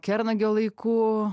kernagio laikų